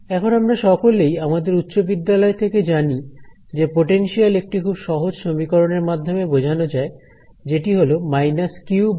এখন আমরা সকলেই আমাদের উচ্চ বিদ্যালয় থেকে জানি যে পটেনশিয়াল একটি খুব সহজ সমীকরণের মাধ্যমে বোঝানো যায় যেটি হল q4πε